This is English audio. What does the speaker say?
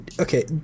okay